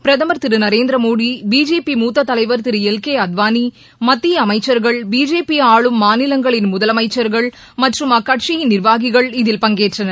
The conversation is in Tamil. பிரதமர் திரு நரேந்திர மோடி பிஜேபி மூத்த தலைவர் திரு எல் கே அத்வாளி மத்திய அமைச்சர்கள் பிஜேபி ஆளும் மாநிலங்களின் முதலமைச்சர்கள் மற்றும் அக்கட்சியின் நிர்வாகிகள் இதில் பங்கேற்றனர்